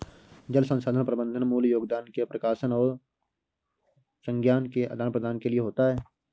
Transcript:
जल संसाधन प्रबंधन मूल योगदान के प्रकाशन और ज्ञान के आदान प्रदान के लिए होता है